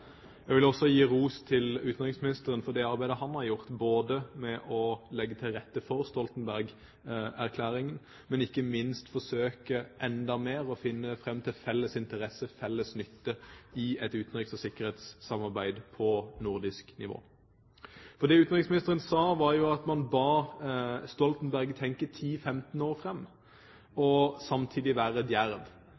Jeg vil også gi ros til utenriksministeren for det arbeidet han har gjort både med å legge til rette for Stoltenberg-erklæringen, og ikke minst med å forsøke enda mer å finne fram til felles interesse og felles nytte i et utenriks- og sikkerhetssamarbeid på nordisk nivå. For det utenriksministeren sa, var at man ba Stoltenberg tenke 10–15 år fremover og